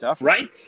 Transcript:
Right